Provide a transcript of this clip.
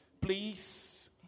Please